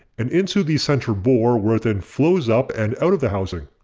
and into the center bore where it then flows up and out of the housing.